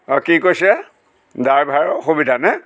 অঁ কি কৈছে ড্ৰাইভাৰ অসুবিধা নে